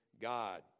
God